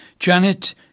Janet